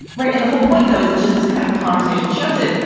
right. and the whole point, though, is just this kind of conversation shows it.